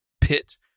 pit